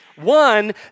One